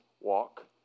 walk